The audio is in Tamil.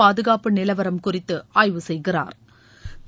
பாதுகாப்பு நிலவரம் குறித்து ஆய்வு செய்கிறாா்